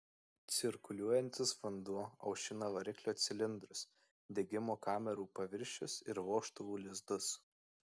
cirkuliuojantis vanduo aušina variklio cilindrus degimo kamerų paviršius ir vožtuvų lizdus